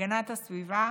הגנת הסביבה,